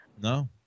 No